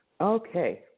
Okay